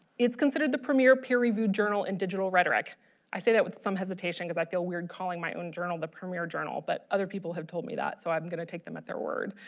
it's considered the premier peer-reviewed journal in digital rhetoric i say that with some hesitation because i feel weird calling my own journal the premier journal but other people have told me that so i'm gonna take them at their word.